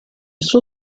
suo